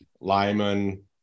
Lyman